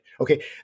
Okay